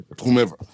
whomever